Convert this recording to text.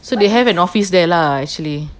so they have an office there lah actually